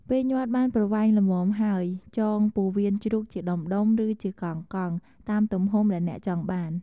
ពេលញាត់បានប្រវែងល្មមហើយ ចងពោះវៀនជ្រូកជាដុំៗ ឬជាកង់ៗ តាមទំហំដែលអ្នកចង់បាន។